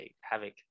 havoc